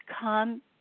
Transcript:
come